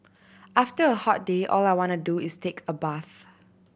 after a hot day all I want to do is take a bath